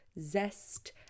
zest